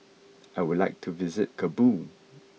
I would like to visit Kabul